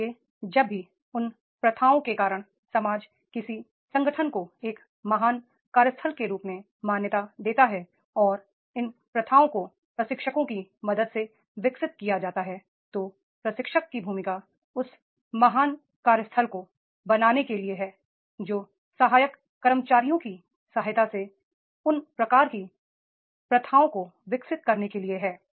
इसलिए जब भी उन प्रथाओं के कारण समाज किसी संगठन को एक महान कार्यस्थल के रूप में मान्यता देता है और इन प्रथाओं को प्रशिक्षकों की मदद से विकसित किया जाता है तो प्रशिक्षक की भूमिका उस महान कार्यस्थल को बनाने के लिए है जो सहायक कर्मचारियों की सहायता से उन प्रकार की प्रथाओं को विकसित करने के लिए है